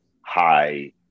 high